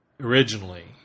originally